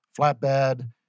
flatbed